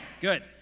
Good